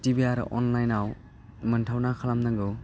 TV आरो अनलाइनआव मोनथावना खालामनांगौ